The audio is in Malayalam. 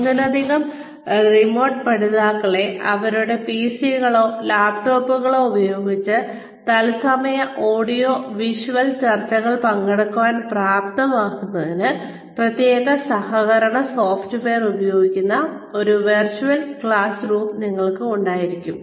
ഒന്നിലധികം റിമോട്ട് പഠിതാക്കളെ അവരുടെ PC കളോ ലാപ്ടോപ്പുകളോ ഉപയോഗിച്ച് തത്സമയ ഓഡിയോ വിഷ്വൽ ചർച്ചകളിൽ പങ്കെടുക്കാൻ പ്രാപ്തമാക്കുന്നതിന് പ്രത്യേക സഹകരണ സോഫ്റ്റ്വെയർ ഉപയോഗിക്കുന്ന ഒരു വെർച്വൽ ക്ലാസ് റൂം നിങ്ങൾക്ക് ഉണ്ടായിരിക്കാം